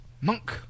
Monk